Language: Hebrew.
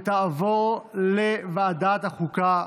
והיא תעבור לוועדת החוקה,